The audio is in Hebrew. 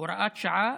להוראת שעה,